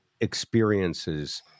experiences